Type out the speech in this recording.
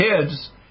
kids